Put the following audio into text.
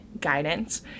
guidance